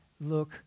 look